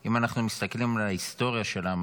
אם אנחנו מסתכלים על ההיסטוריה של העם